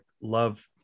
love